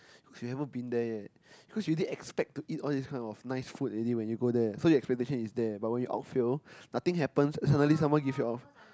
she haven't been there yet cause she did expect to eat all this kind of nice food any when you go there so the expectation is there but when you outfield nothing happen suddenly someone give you off